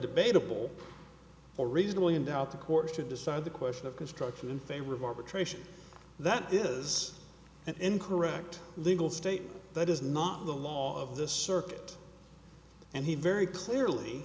debatable or reasonably in doubt the court to decide the question of construction in favor of arbitration that is an incorrect legal state that is not the law of this circuit and he very clearly